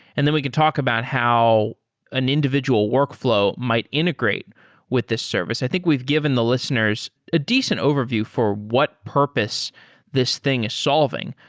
and then we sed talk about how an individual workflow might integrate with this service. i think we've given the listeners a decent overview for what purpose this thing is solving.